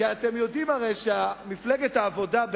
כי אתם יודעים, הרי, ש"מפלגת האבודה",